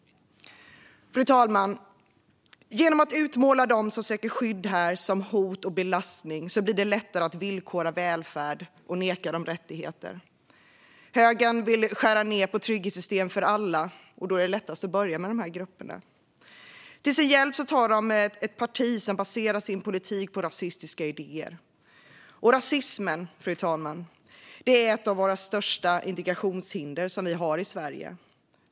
Fru talman! Genom att utmåla dem som söker skydd här som ett hot och en belastning blir det lättare att villkora välfärd och neka dem rättigheter. Högern vill skära ned på trygghetssystemen för alla, och det är lättast att börja med dessa grupper. Till sin hjälp tar de ett parti som baserar sin politik på rasistiska idéer. Och rasismen, fru talman, är ett av de största integrationshinder vi har i Sverige.